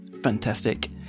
fantastic